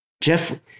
Jeff